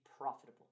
profitable